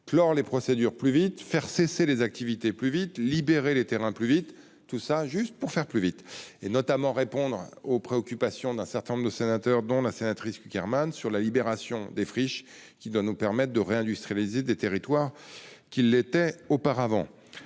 clore les procédures plus vite, faire cesser les activités plus vite, libérer les terrains plus vite, tout cela uniquement pour aller plus vite et pour répondre aux préoccupations d'un certain nombre de sénateurs, dont la sénatrice Cukierman, sur la libération des friches, qui doit nous permettre de réindustrialiser des territoires industrialisés auparavant.